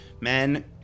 Men